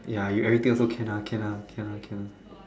ya you everything also can ah can ah can ah can ah